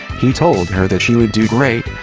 he told her that she would do great,